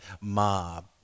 mob